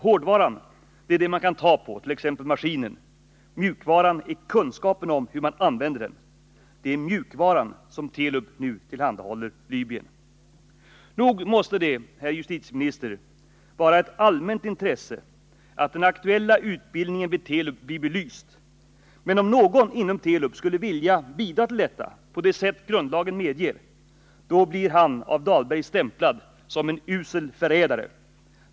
Hårdvaran är det man kan ta på, t.ex. maskinen. Mjukvaran är kunskapen om hur man använder den. Det är mjukvaran som Telub nu tillhandahåller Libyen. Nog måste det, herr justitieminister, vara ett allmänt intresse att den aktuella utbildningen vid Telub blir belyst! Men om någon inom Telub skulle vilja bidra till detta — på det sätt som grundlagen medger — blir han av Dahlberg stämplad som en usel förrädare.